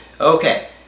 Okay